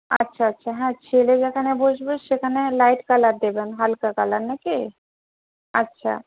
আচ্ছা আচ্ছা হ্যাঁ ছেলে যেখানে বসবে সেখানে লাইট কালার দেবেন হালকা কালার না কি আচ্ছা